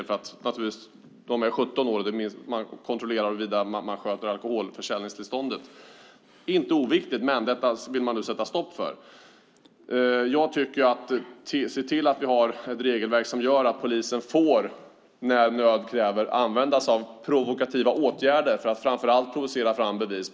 De är alltså 17 år, och man skickar ut dem för att kontrollera om butikerna sköter alkoholförsäljningstillståndet. Det är inte oviktigt, men detta vill man nu sätta stopp för. Jag tycker att vi ska se till att vi har ett regelverk som gör att polisen när nöd kräver får använda sig av provokativa åtgärder för att framför allt provocera fram bevis.